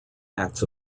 acts